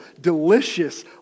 delicious